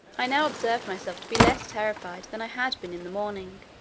i now observed myself to be less terrified than i had been in the morning.